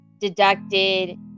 deducted